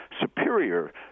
superior